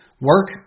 Work